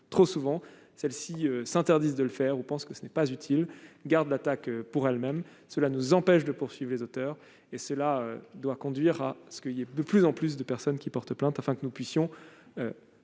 trop souvent, celle-ci s'interdisent de le faire, on pense que ce n'est pas utile garde l'attaque pour elle-même, cela nous empêche de poursuivent les auteurs et cela doit conduire à ce qu'il y a de plus en plus de personnes qui portent plainte afin que nous puissions